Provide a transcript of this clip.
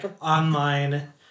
online